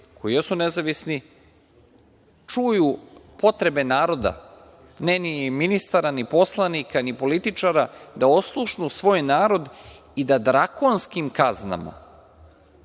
koji jesu nezavisni čuju potrebe naroda, ne ni ministara, ni poslanika, ni političara, da oslušnu svoj narod i da drakonskim kaznama